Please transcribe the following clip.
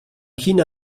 china